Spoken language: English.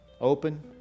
Open